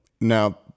Now